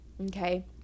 okay